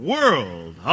World